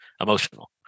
emotional